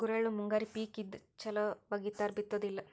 ಗುರೆಳ್ಳು ಮುಂಗಾರಿ ಪಿಕ್ ಇದ್ದ ಚಲ್ ವಗಿತಾರ ಬಿತ್ತುದಿಲ್ಲಾ